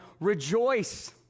rejoice